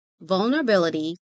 vulnerability